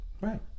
Right